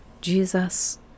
Jesus